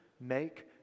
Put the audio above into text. make